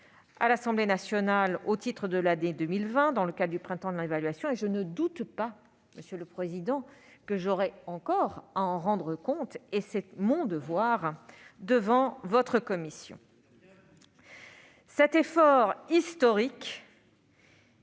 à l'Assemblée nationale, au titre de l'année 2020, dans le cadre du « printemps de l'évaluation ». Et je ne doute pas, monsieur le président Cambon, que j'aurai encore à en rendre compte- c'est mon devoir - devant votre commission. Vous êtes